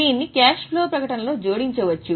దీన్ని cash flow ప్రకటనలో జోడించవచ్చు